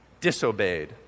disobeyed